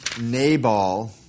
Nabal